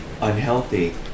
unhealthy